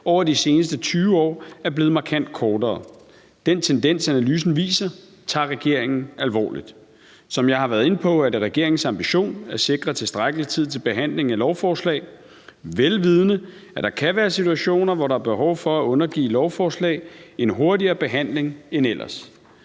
over de seneste 20 år er blevet markant kortere. Den tendens, analysen viser, tager regeringen alvorligt. Som jeg har været inde på, er det regeringens ambition at sikre tilstrækkelig tid til behandling af lovforslag, vel vidende at der kan være situationer, hvor der er behov for at undergive lovforslag en hurtigere behandling end ellers.